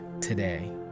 today